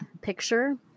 picture